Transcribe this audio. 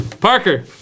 Parker